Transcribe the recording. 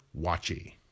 Watchy